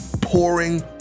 pouring